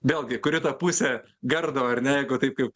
vėlgi kuri ta pusė gardo ar ne jeigu taip kaip